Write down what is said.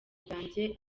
bwanjye